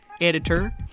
editor